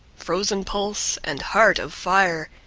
frozen pulse and heart of fire,